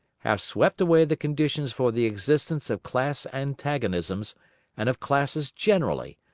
have swept away the conditions for the existence of class antagonisms and of classes generally,